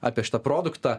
apie šitą produktą